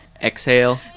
exhale